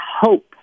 hope